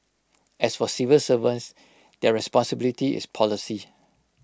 as for civil servants their responsibility is policy